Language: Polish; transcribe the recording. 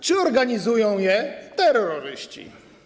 Czy organizują je terroryści?